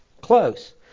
close